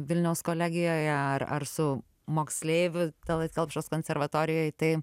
vilniaus kolegijoje ar ar su moksleiviu talat kelpšos konservatorijoj tai